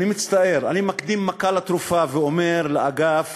אני מצטער, אני מקדים מכה לתרופה ואומר לאגף